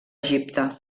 egipte